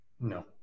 No